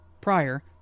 Prior